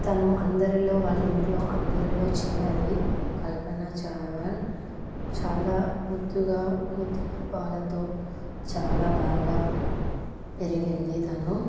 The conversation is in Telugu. తను అందరిలో వాళ్ళింటిలో అందరిలో చిన్నది కల్పనా చావ్లా చాలా ముద్దుగా ముద్దు మురిపాలతో చాలా బాగా పెరిగింది తను